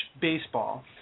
baseball